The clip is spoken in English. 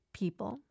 people